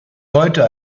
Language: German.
heute